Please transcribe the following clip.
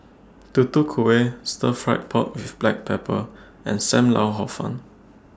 Tutu Kueh Stir Fried Pork with Black Pepper and SAM Lau Hor Fun